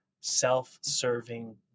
self-serving